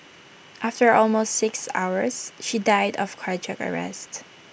after almost six hours she died of cardiac arrest